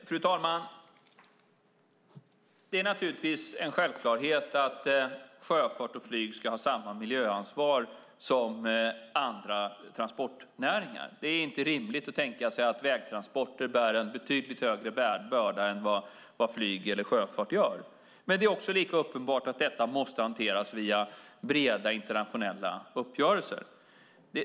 Fru talman! Det är naturligtvis en självklarhet att sjöfart och flyg ska ha samma miljöansvar som andra transportnäringar. Det är inte rimligt att tänka sig att vägtransporter bär en betydligt högre börda än vad flyg eller sjöfart gör. Men det är lika uppenbart att detta måste hanteras via breda internationella uppgörelser.